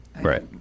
right